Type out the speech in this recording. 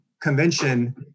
convention